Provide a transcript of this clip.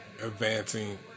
advancing